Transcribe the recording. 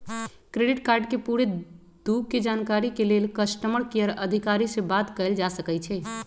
credit card के पूरे दू के जानकारी के लेल कस्टमर केयर अधिकारी से बात कयल जा सकइ छइ